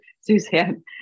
Suzanne